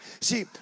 See